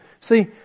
see